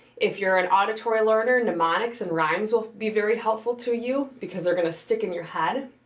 if you're an auditory learner mnemonics and rhymes will be very helpful to you because they're gonna stick in your head.